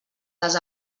les